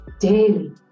daily